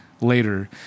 Later